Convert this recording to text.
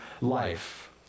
life